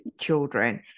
children